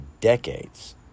decades